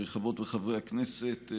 חברות וחברי הכנסת,